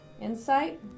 Insight